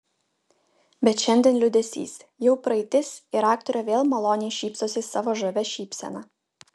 bet šiandien liūdesys jau praeitis ir aktorė vėl maloniai šypsosi savo žavia šypsena